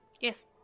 Yes